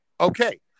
Okay